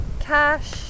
cash